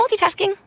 multitasking